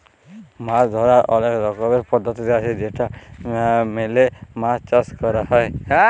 মাছ ধরার অলেক রকমের পদ্ধতি আছে যেটা মেলে মাছ চাষ ক্যর হ্যয়